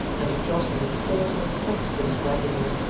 and to jostle with porters, hucksters, waggoners,